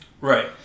Right